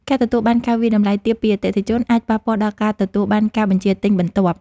ការទទួលបានការវាយតម្លៃទាបពីអតិថិជន អាចប៉ះពាល់ដល់ការទទួលបានការបញ្ជាទិញបន្ទាប់។